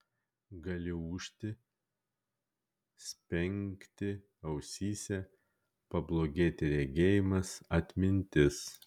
gali ūžti spengti ausyse pablogėti regėjimas atmintis